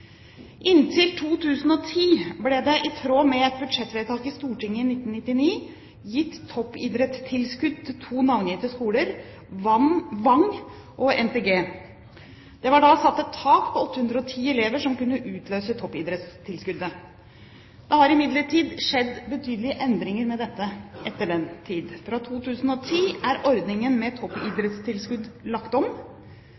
Inntil 2010 ble det i tråd med et budsjettvedtak i Stortinget i 1999 gitt toppidrettstilskudd til to navngitte skoler – Wang og NTG. Det var da satt et tak på 810 elever som kunne utløse toppidrettstilskuddet. Det har imidlertid skjedd betydelige endringer med dette etter den tid. Fra 2010 er ordningen med